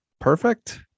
perfect